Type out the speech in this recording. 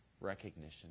recognition